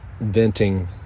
venting